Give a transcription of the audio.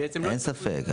אין ספק.